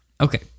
Okay